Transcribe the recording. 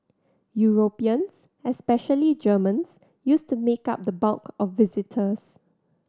Europeans especially Germans used to make up the bulk of visitors